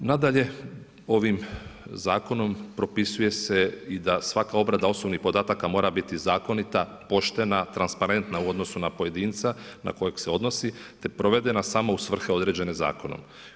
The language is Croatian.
Nadalje, ovim zakonom propisuje se i da svaka obrada osobnih podataka mora biti zakonita, poštena, transparentna u odnosu na pojedinca na kojeg se odnosi te provedena samo u svrhe određene zakonom.